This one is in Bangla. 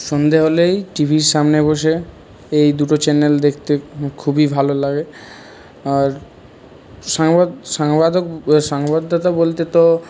সন্ধে হলেই টিভির সামনে বসে এই দুটো চ্যানেল দেখতে খুবই ভালো লাগে আর সংবাদদাতা বলতে তো